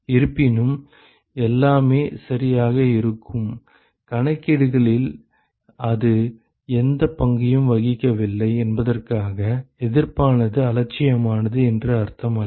இருப்பினும் எல்லாமே சரியாக இருக்கும் கணக்கீடுகளில் அது எந்தப் பங்கையும் வகிக்கவில்லை என்பதற்காக எதிர்ப்பானது அலட்சியமானது என்று அர்த்தமல்ல